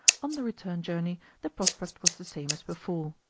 on the return journey the prospect was the same as before.